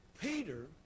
Peter